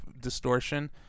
distortion